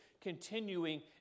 continuing